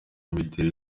imiterere